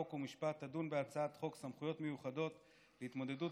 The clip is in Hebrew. חוק ומשפט תדון בהצעת חוק סמכויות מיוחדות להתמודדות